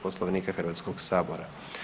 Poslovnika Hrvatskog sabora.